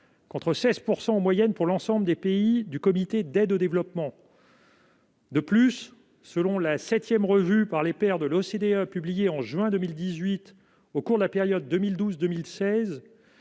contre 16 % en moyenne pour l'ensemble des pays du Comité d'aide au développement (CAD) de l'OCDE. De plus, selon la septième revue par les pairs de l'OCDE publiée en juin 2018, au cours de la période 2012-2016,